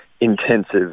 intensive